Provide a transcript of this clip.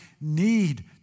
need